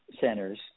centers